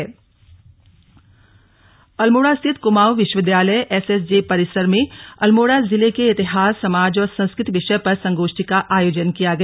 slug संगोष्ठी अल्मोड़ा अल्मोड़ा स्थित कुमाऊं विश्वविद्यालय एसएसजे परिसर में अल्मोड़ा जिले के इतिहास समाज और संस्कृति विषय पर संगोष्ठी का आयोजन किया गया